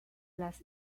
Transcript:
las